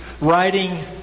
writing